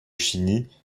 chiny